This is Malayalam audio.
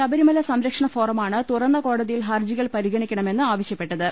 ശബരിമല സംരക്ഷണ ഫോറമാണ് തുറന്ന കോടതിയിൽ ഹർജികൾ പരിഗണിക്കണമെന്ന് ആവശ്യപ്പെട്ടത്